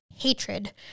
hatred